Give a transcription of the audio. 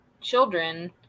children